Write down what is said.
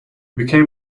became